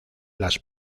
las